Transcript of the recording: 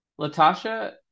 Latasha